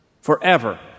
forever